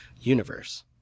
universe